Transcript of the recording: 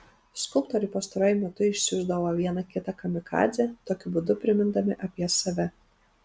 skulptoriai pastaruoju metu išsiųsdavo vieną kitą kamikadzę tokiu būdu primindami apie save